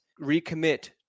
recommit